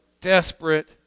desperate